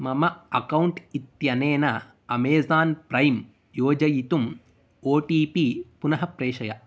मम अकौण्ट् इत्यनेन Amazon Prime योजयितुम् ओ टी पी पुनः प्रेषय